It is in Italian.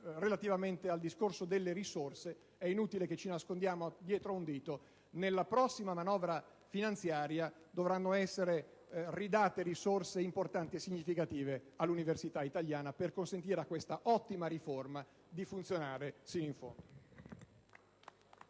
relativamente al discorso delle risorse. È inutile che ci nascondiamo dietro un dito. Nella manovra finanziaria di questo autunno dovranno essere ridate risorse importanti e significative all'università italiana per consentire a questa ottima riforma di funzionare fino in fondo